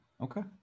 Okay